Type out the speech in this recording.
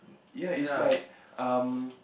ya it's like um